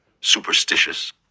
superstitious